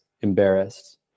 embarrassed